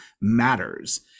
matters